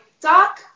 doc